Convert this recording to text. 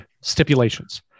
stipulations